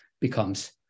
becomes